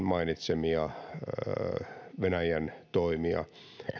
mainitsemia venäjän toimia